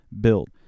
built